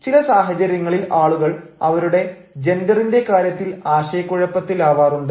ചില സാഹചര്യങ്ങളിൽ ആളുകൾ അവരുടെ ജെൻഡറിന്റെ കാര്യത്തിൽ ആശയക്കുഴപ്പത്തിലാവാറുണ്ട്